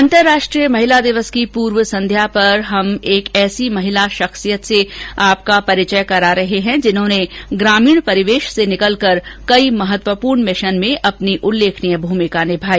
अंतरराष्ट्रीय महिला दिवस की पूर्व संध्या पर हम एक ऐसी महिला शख्सियत से आपका परिचय कराते हैं जिन्होंने ग्रामीण परिवेश से निकलकर कई महत्वपूर्ण मिशन में अपनी उल्लेखनीय भूमिका निभाई